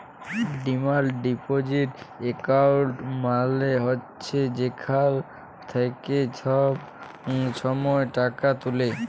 demand deposit account মালে হছে যেখাল থ্যাইকে ছব ছময় টাকা তুলে